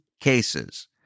cases